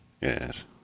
Yes